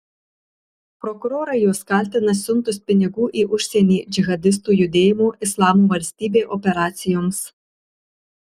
prokurorai juos kaltina siuntus pinigų į užsienį džihadistų judėjimo islamo valstybė operacijoms